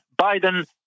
Biden